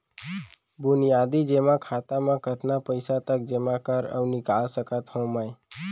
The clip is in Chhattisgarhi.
बुनियादी जेमा खाता म कतना पइसा तक जेमा कर अऊ निकाल सकत हो मैं?